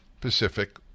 Pacific